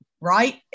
right